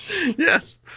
Yes